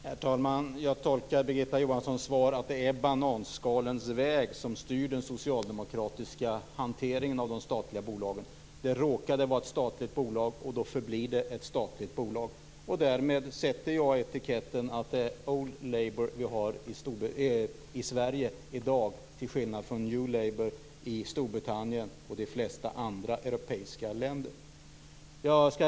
Herr talman! Jag tolkar Birgitta Johanssons svar så, att det är bananskalens väg som styr den socialdemokratiska hanteringen av de statliga bolagen. Det råkade vara ett statligt bolag, och då förblir det ett statligt bolag. Därmed sätter jag etiketten old Labour på socialdemokraterna i Sverige i dag till skillnad från new Labour i Storbritannien och de flesta andra europeiska länder.